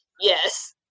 yes